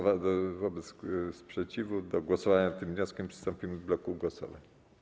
Wobec sprzeciwu do głosowania nad tym wnioskiem przystąpimy w bloku głosowań.